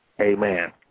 Amen